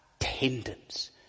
attendance